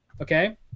Okay